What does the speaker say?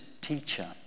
teacher